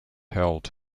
held